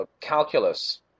calculus